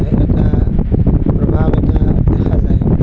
ইয়াৰ এটা প্ৰভাৱ এটা দেখা যায়